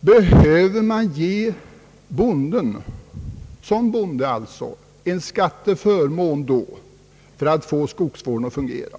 Behöver vi då ge bönderna som samhällsgrupp en skatteförmån för att skogsvården skall kunna fungera?